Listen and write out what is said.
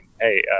hey